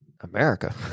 America